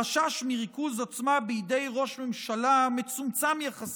החשש מריכוז עוצמה בידי ראש ממשלה מצומצם יחסית,